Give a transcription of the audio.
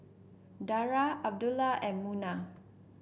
Dara Abdullah and Munah